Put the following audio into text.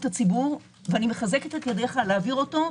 הציבור ואני מחזקת את ידיך להעביר אותו.